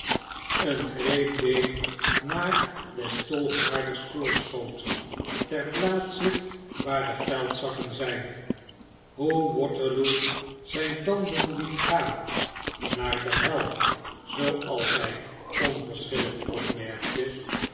een greep deed naar des tolgaarders voorschoot ter plaatse waar de geldzakken zjjn hoe waterloo zyn tanden liet gaan naar de hel zooals hij onverschillig opmerkte